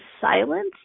silence